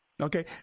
Okay